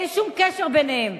אין שום קשר ביניהם.